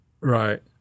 Right